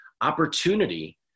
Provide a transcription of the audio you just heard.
opportunity